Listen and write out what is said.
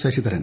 Sasidharan